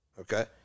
okay